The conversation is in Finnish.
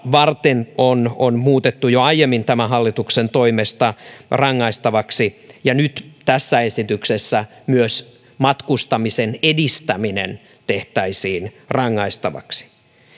varten on on muutettu jo aiemmin tämän hallituksen toimesta rangaistavaksi ja nyt tässä esityksessä myös matkustamisen edistäminen tehtäisiin rangaistavaksi